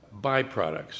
byproducts